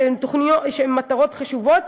ואלה מטרות חשובות,